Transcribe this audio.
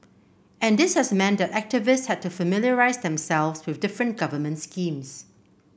and this has meant that activists had to familiarise themselves with different government schemes